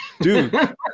Dude